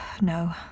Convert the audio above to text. no